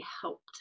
helped